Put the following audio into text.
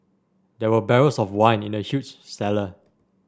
there were barrels of wine in the huge cellar